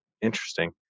Interesting